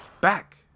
back